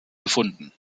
gefunden